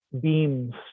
beams